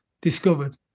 discovered